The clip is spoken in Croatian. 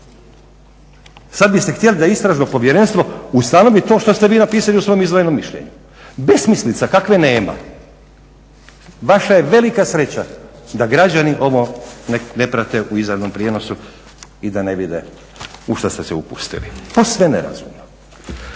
Sad biste htjeli da istražno povjerenstvo ustanovi to što ste vi napisali u svom izdvojenom mišljenju. Besmislica kakve nema. Vaša je velika sreća da građani ovo ne prate u izravnom prijenosu i da ne vide u što ste se upustili posve nerazumno.